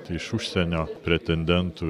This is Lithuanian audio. tai iš užsienio pretendentų